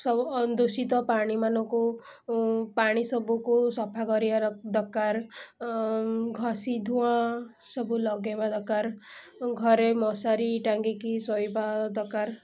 ସବୁ ଅଣ ଦୂଷିତ ପାଣିମାନଙ୍କୁ ପାଣି ସବୁକୁ ସଫା କରିବାର ଦରକାର ଘଷି ଧୂଆଁ ସବୁ ଲଗାଇବା ଦରକାର ଘରେ ମଶାରୀ ଟାଙ୍ଗିକି ଶୋଇବା ଦରକାର